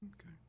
Okay